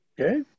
Okay